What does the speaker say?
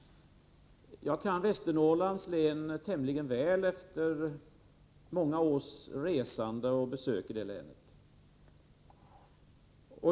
Jag känner till Västernorrlands län tämligen väl efter många års resande och besök i länet.